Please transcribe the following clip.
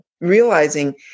realizing